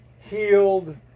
healed